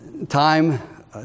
Time